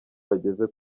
bageze